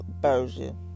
Version